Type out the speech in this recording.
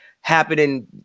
happening